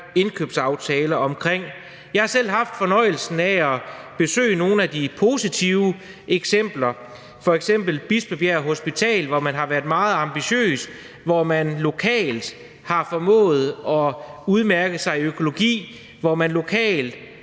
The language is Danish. indkøbsaftaler om. Jeg har selv haft fornøjelsen af at besøge nogle af de positive eksempler, f.eks. Bispebjerg Hospital, hvor man har været meget ambitiøs, og hvor man lokalt har formået at udmærke sig i økologi, hvor man lokalt